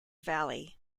valley